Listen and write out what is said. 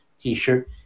t-shirt